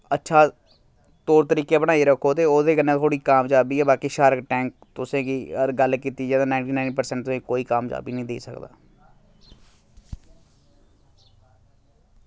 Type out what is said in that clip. अच्छा तौर तरीके बनाई रक्खो ते ओह्दे कन्नै थोआड़ी कामजाबी ऐ बाकी शार्क टैंक तुसेंगी अगर गल्ल कीती जा ते नाइनटी नाइन परसैंट तुसें कोई कामजाबी नी देई सकदा